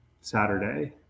saturday